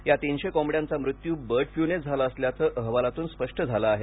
या तीनशे कोंबड्यांचा मृत्यू बर्ड फ्लूनेच झाला असल्याचे अहवालातून स्पष्ट झाले आहे